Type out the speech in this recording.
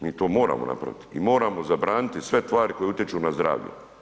Mi to moramo napraviti i moramo zabraniti sve tvari koje utječu na zdravlje.